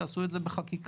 תעשו את זה בחקיקה.